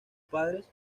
padres